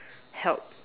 help